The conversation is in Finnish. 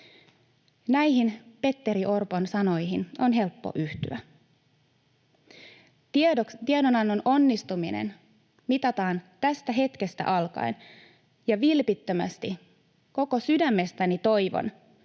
Näihin Petteri Orpon sanoihin on helppo yhtyä. Tiedonannon onnistuminen mitataan tästä hetkestä alkaen, ja vilpittömästi koko sydämestäni toivon,